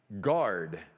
guard